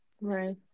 Right